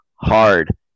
Hard